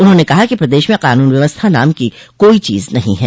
उन्होंने कहा कि प्रदेश में कानून व्यवस्था नाम की कोई चीज नहीं है